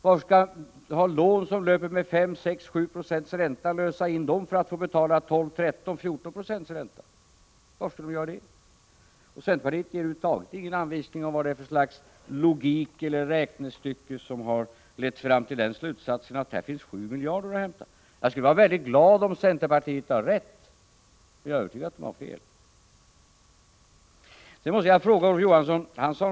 Varför skulle de lösa in lån som löper med 5-7 90 ränta för att få betala 12-14 96 ränta? Centerpartiet ger över huvud taget ingen anvisning om vilket slags logik eller räknestycke som har lett fram till slutsatsen att det här finns 7 miljarder att hämta. Jag skulle vara väldigt glad om centerpartiet har rätt — men jag är övertygad om att de har fel. Sedan måste jag fråga Olof Johansson om en sak.